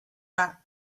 rat